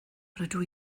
rydw